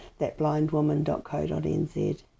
thatblindwoman.co.nz